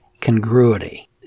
congruity